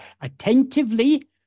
attentively